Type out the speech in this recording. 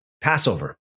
Passover